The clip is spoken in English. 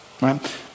Right